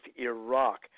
Iraq